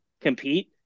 compete